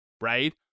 Right